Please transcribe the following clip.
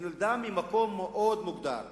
היא נולדה ממקום מאוד מוגדר,